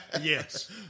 Yes